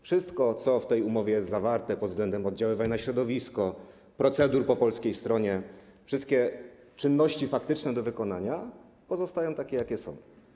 Wszystko, co w tej umowie jest zawarte pod względem oddziaływań na środowisko, procedur po polskiej stronie, wszystkie czynności faktyczne do wykonania pozostają takie, jakie są.